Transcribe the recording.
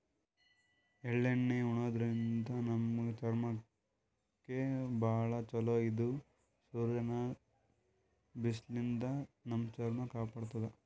ಎಳ್ಳಣ್ಣಿ ಉಣಾದ್ರಿನ್ದ ನಮ್ ಚರ್ಮಕ್ಕ್ ಭಾಳ್ ಛಲೋ ಇದು ಸೂರ್ಯನ್ ಬಿಸ್ಲಿನ್ದ್ ನಮ್ ಚರ್ಮ ಕಾಪಾಡತದ್